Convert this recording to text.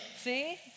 See